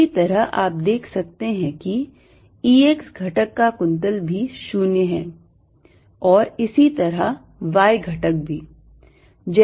इसी तरह आप देख सकते हैं कि E x घटक का कुंतल भी 0 है और इसी तरह y घटक भी है